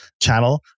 channel